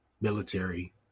military